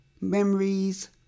memories